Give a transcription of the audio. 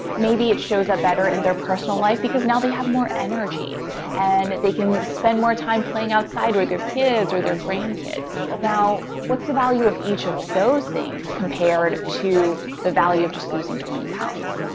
maybe it shows up better in their personal life because now they have more energy and they can spend more time playing outside with their kids or their grandkids. now, what's the value of each of those things compared to the value of just losing twenty pounds?